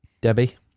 Debbie